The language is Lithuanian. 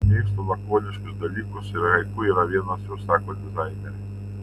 mėgstu lakoniškus dalykus ir haiku yra vienas jų sako dizainerė